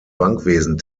bankwesen